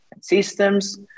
systems